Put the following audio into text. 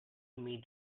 meet